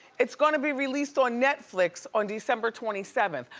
it's gonna be released on netflix on december twenty seventh.